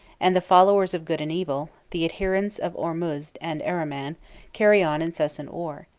and the followers of good and evil the adherents of ormuzd and ahriman carry on incessant war.